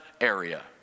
area